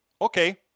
Okay